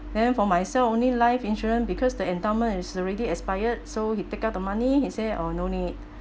then for myself only life insurance because the endowment is already expired so he take out the money he say oh no need